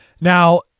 Now